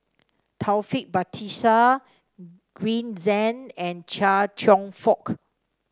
Taufik Batisah Green Zeng and Chia Cheong Fook